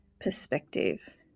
perspective